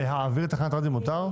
להעביר תחנת רדיו מותר?